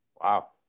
Wow